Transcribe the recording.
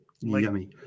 Yummy